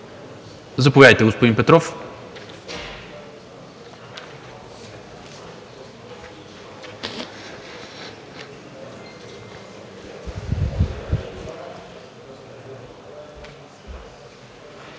Заповядайте, господин Петров.